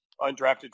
undrafted